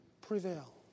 prevail